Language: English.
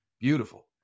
beautiful